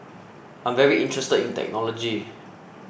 I'm very interested in technology